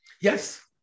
Yes